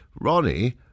Ronnie